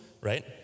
right